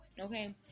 okay